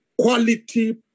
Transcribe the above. quality